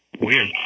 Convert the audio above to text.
Weird